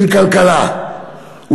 אין כלכלה,